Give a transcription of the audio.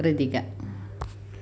Krithika